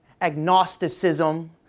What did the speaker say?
agnosticism